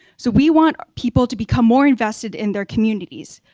so we want people to become more invested in their communities,